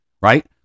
Right